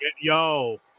Yo